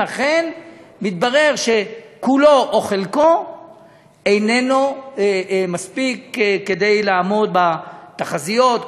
אם אכן מתברר שכולו או חלקו איננו מספיק כדי לעמוד בתחזיות,